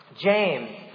James